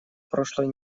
прошлой